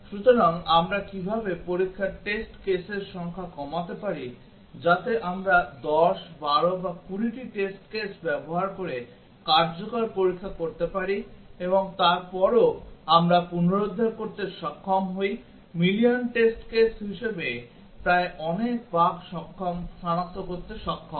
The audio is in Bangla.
সুতরাং আমরা কিভাবে পরীক্ষার টেস্ট কেসের সংখ্যা কমাতে পারি যাতে আমরা 10 12 বা 20 টি টেস্ট কেস ব্যবহার করে কার্যকর পরীক্ষা করতে পারি এবং তারপরও আমরা পুনরুদ্ধার করতে সক্ষম হই মিলিয়ন টেস্ট কেস হিসাবে প্রায় অনেক বাগ সনাক্ত করতে সক্ষম